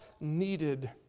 needed